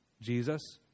Jesus